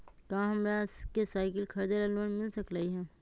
का हमरा के साईकिल खरीदे ला लोन मिल सकलई ह?